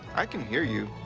i can hear you.